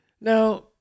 Now